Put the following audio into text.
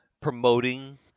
promoting